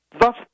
Thus